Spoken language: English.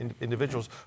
individuals